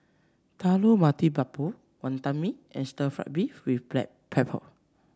Telur Mata Lembu Wantan Mee and Stir Fried Beef with Black Pepper